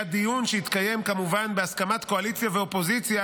היה דיון שהתקיים כמובן בהסכמת קואליציה ואופוזיציה